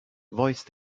voice